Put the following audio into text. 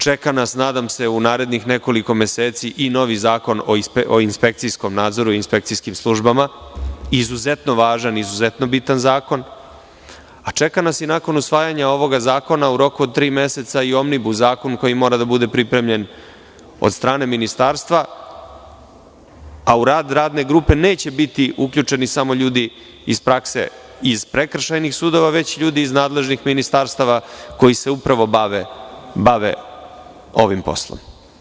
Čeka nas, nadam se, u narednih nekoliko meseci i novi zakon o inspekcijskom nadzoru i inspekcijskim službama, izuzetno važan i izuzetno bitan zakon, a čeka nas i nakon usvajanja ovoga zakona u roku od tri meseca i Omnibus zakon, koji mora da bude pripremljen od strane Ministarstva, a u rad radne grupe neće biti uključeni samo ljudi iz prakse i iz prekršajnih sudova, već ljudi iz nadležnih ministarstava, koji se upravo bave ovim poslom.